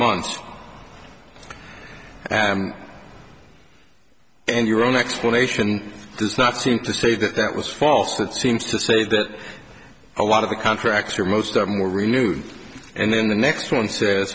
months and and your own explanation does not seem to say that that was false that seems to say that a lot of the contracts or most of them were renewed and then the next one says